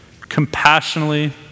compassionately